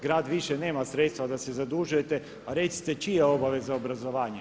Grad više nema sredstva da se zadužujete pa recite čija je obaveza obrazovanje?